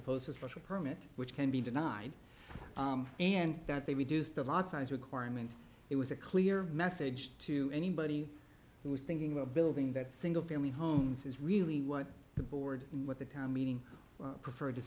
opposed to a special permit which can be denied and that they reduce the lot size requirement it was a clear message to anybody who was thinking of building that single family homes is really what the board in what the town meeting prefer